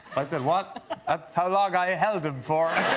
i said what hello guy held him for